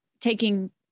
taking